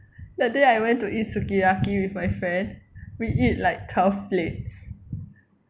that day I went to eat sukiyaki with my friend we eat like twelve plates